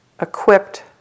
equipped